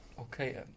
okay